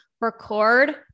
record